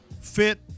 fit